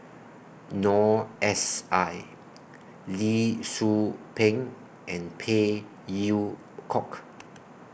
Noor S I Lee Tzu Pheng and Phey Yew Kok